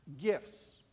gifts